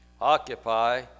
Occupy